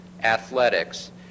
athletics